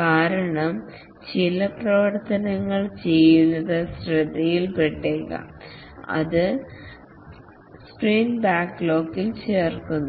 കാരണം ചില പ്രവർത്തനങ്ങൾ ചെയ്യുന്നത് ശ്രദ്ധയിൽപ്പെട്ടേക്കാം അത് സ്പ്രിന്റ് ബാക്ക്ലോഗിൽ ചേർക്കുന്നു